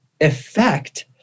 effect